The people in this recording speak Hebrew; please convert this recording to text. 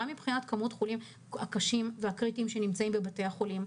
גם מבחינת מספר החולים הקשים והקריטיים שנמצאים בבתי החולים.